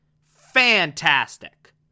fantastic